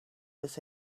was